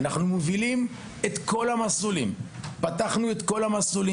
אנחנו מובילים את כל המסלולים, פתחנו את כולם.